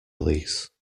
lease